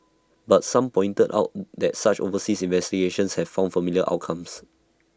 but some pointed out that such overseas investigations have found similar outcomes